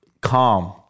Calm